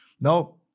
Now